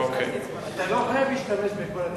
אתה לא חייב להשתמש בכל הזמן.